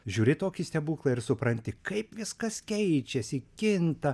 žiūri tokį stebuklą ir supranti kaip viskas keičiasi kinta